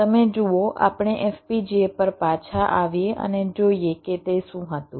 તમે જુઓ આપણે FPGA પર પાછા આવીએ અને જોઈએ કે તે શું હતું